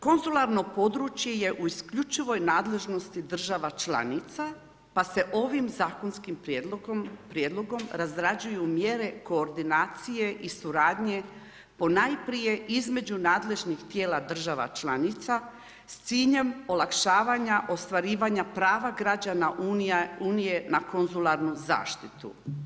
Konzularno područje je u isključivoj nadležnosti država članica pa se ovim zakonskim prijedlogom razrađuju mjere koordinacije i suradnje ponajprije između nadležnih tijela država članica s ciljem olakšavanja ostvarivanja prava građana Unije na konzularnu zaštitu.